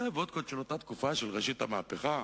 אלה וודקות של אותה תקופה, של ראשית המהפכה,